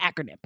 acronym